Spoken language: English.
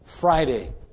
Friday